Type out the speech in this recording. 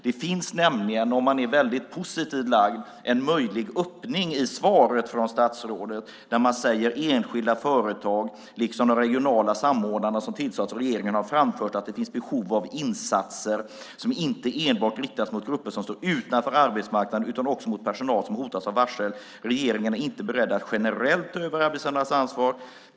Det finns nämligen, om man är väldigt positivt lagd, en möjlig öppning i svaret från statsrådet när han säger att "enskilda företag, liksom några av de regionala samordnare som tillsatts av regeringen, har framfört att det finns ett behov av insatser som inte enbart riktas mot grupper som står utanför arbetsmarknaden utan också mot personal som hotas av varsel. Regeringen är inte beredd att generellt ta över arbetsgivarnas ansvar .